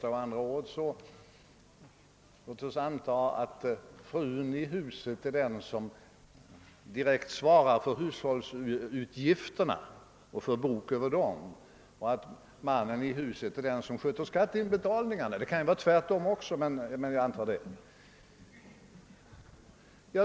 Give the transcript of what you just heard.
Låt oss anta att det rör sig om en 30 000-kronors familj och att frun i huset är den som direkt svarar för hushållsutgifterna och för bok över dem, medan mannen är den som sköter skatteinbetalningarna — det kan ju vara tvärtom — men vi antar det.